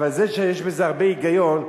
אבל זה שיש בזה הרבה היגיון,